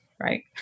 right